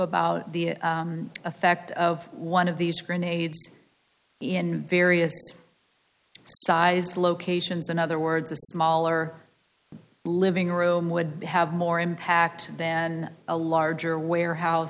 about the effect of one of these grenades in various sizes locations in other words a smaller living room would have more impact than a larger warehouse